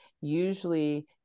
usually